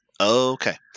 Okay